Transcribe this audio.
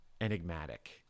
enigmatic